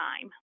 time